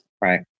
right